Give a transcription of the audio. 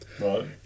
Right